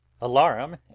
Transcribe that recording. alarm